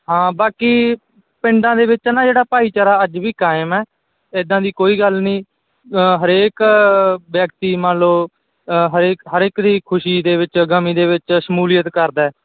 ਹਾਂ ਬਾਕੀ ਪਿੰਡਾਂ ਦੇ ਵਿੱਚ ਨਾ ਜਿਹੜਾ ਭਾਈਚਾਰਾ ਅੱਜ ਵੀ ਕਾਇਮ ਹੈ ਇੱਦਾਂ ਦੀ ਕੋਈ ਗੱਲ ਨਹੀਂ ਹਰੇਕ ਵਿਅਕਤੀ ਮੰਨ ਲਓ ਹਰੇਕ ਹਰ ਇੱਕ ਦੀ ਖੁਸ਼ੀ ਦੇ ਵਿੱਚ ਗਮੀ ਦੇ ਵਿੱਚ ਸ਼ਮੂਲੀਅਤ ਕਰਦਾ